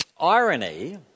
Irony